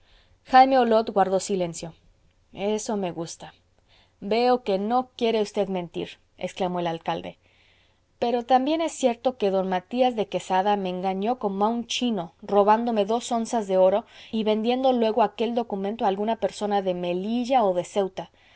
jaime olot guardó silencio eso me gusta veo que no quiere usted mentir exclamó el alcalde pero también es cierto que d matías de quesada me engañó como a un chino robándome dos onzas de oro y vendiendo luego aquel documento a alguna persona de melilla o de ceuta